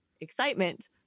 excitement